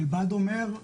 הרלב"ד אומר,